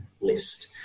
list